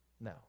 No